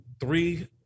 three